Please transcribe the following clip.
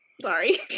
sorry